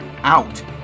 Out